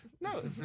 No